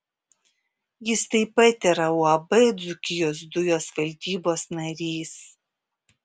jis taip pat yra uab dzūkijos dujos valdybos narys